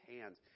hands